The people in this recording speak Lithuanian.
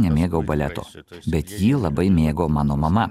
nemėgau baleto bet jį labai mėgo mano mama